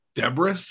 Debris